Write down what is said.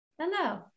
Hello